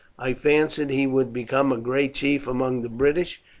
i fancied he would become a great chief among the british,